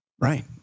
Right